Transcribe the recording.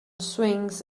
swings